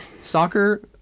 soccer